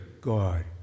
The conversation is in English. God